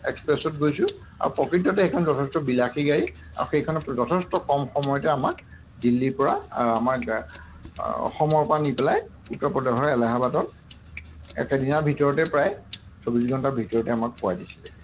এক্সপ্ৰেছত গৈছোঁ আৰু প্ৰকৃততে সেইখন যথেষ্ট বিলাসী গাড়ী আৰু সেইখনত যথেষ্ট কম সময়তে আমাক দিল্লীৰপৰা আমাৰ অসমৰপৰা নি পেলাই উত্তৰ প্ৰদেশৰ এলাহবাদত একেদিনাৰ ভিতৰতে প্ৰায় চৌব্বিছ ঘণ্টাৰ ভিতৰতে আমাক পোৱাই দিছিলেগৈ